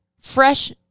fresh